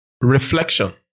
Reflection